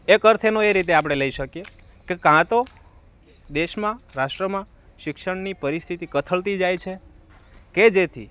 એક અર્થ એનો એ રીતે આપણે લઈ શકીએ કે કાં તો દેશમાં રાષ્ટ્રમાં શિક્ષણની પરિસ્થિતિ કથળતી જાય છે કે જેથી